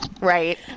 right